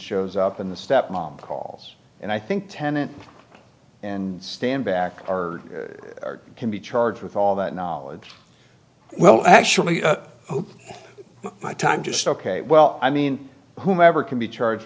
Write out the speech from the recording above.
shows up in the step mom calls and i think tennant and stand back are can be charged with all that knowledge well actually my time just ok well i mean whomever can be charged